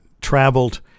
traveled